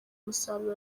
umusaruro